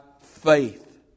faith